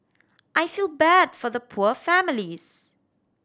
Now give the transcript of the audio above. I feel bad for the poor families